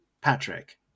Patrick